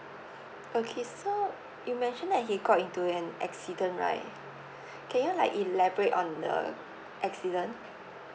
okay so you mentioned that he got into an accident right can you like elaborate on the accident